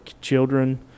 children